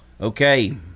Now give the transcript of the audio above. Okay